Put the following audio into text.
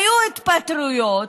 היו התפטרויות,